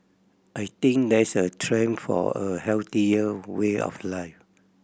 I think there is a trend for a healthier way of life